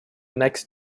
next